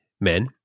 men